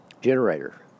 generator